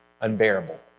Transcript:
unbearable